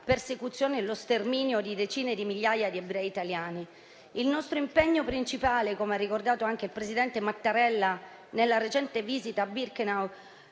persecuzione e lo sterminio di decine di migliaia di ebrei italiani. Il nostro impegno principale - come ha ricordato anche il presidente Mattarella nella recente visita a Birkenau,